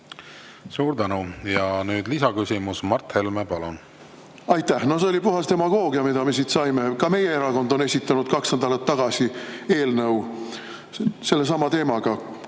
Suur tänu! Ja nüüd lisaküsimus. Mart Helme, palun! Aitäh! No see oli puhas demagoogia, mida me siit saime. Ka meie erakond on esitanud kaks nädalat tagasi eelnõu sellesama teema